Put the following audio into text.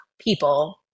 people